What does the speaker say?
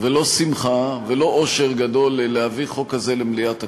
לא שמחה ולא אושר גדול להביא חוק כזה למליאת הכנסת.